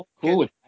Cool